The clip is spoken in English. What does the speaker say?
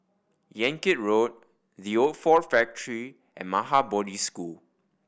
Yan Kit Road The Old Ford Factory and Maha Bodhi School